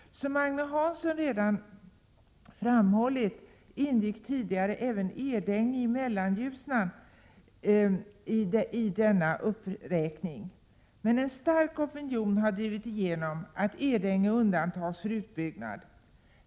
Som Agne Hansson redan framhållit ingick tidigare även Edänge i Mellanljusnan i denna uppräkning, men en stark opinion har drivit igenom att Edänge undantas för utbyggnad.